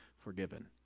forgiven